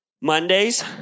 Mondays